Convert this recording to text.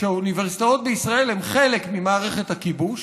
שהאוניברסיטאות בישראל הן חלק ממערכת הכיבוש